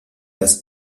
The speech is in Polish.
bez